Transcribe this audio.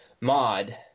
mod